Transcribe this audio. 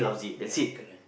ya correct